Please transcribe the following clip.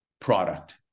product